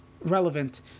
relevant